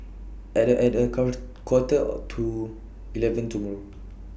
At A At A count Quarter to eleven tomorrow